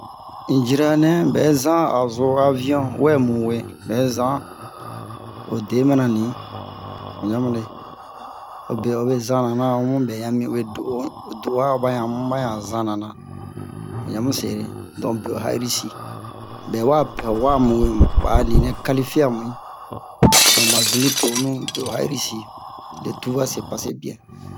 un jiranɛ bɛ zan a o zo avion wɛmuwe bɛ zan ode mana nin o ɲanbu le hobe obe zanna-la ho mu bɛɲan mi o'e do'onu do'ua baɲan homu baɲanna o ɲanmu sere donc be'o ha'irisi bɛ wa pɛ ho wamuwe ba a ninɛ qualifia mu'in donc ba zun mi tonu be o ha'irisi le tout va passer bien